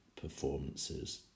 performances